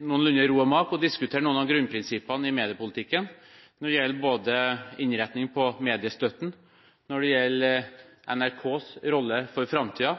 mak og diskutere noen av grunnprinsippene i mediepolitikken – innretning på mediestøtten, NRKs rolle for framtiden,